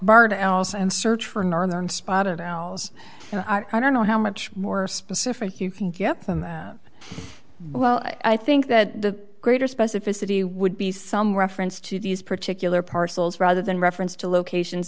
bird else and search for northern spotted owls i don't know how much more specific you can get them well i think that the greater specificity would be some were referenced to these particular parcels rather than reference to locations